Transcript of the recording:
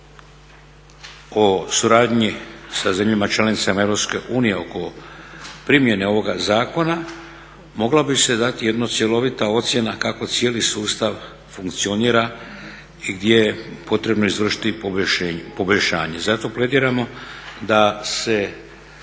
o suradnji sa zemljama članicama EU oko primjene ovoga zakona mogla bi se dati jedna cjelovita ocjena kako cijeli sustav funkcionira i gdje je potrebno izvršiti poboljšanje. Zato plediramo da